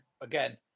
Again